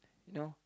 no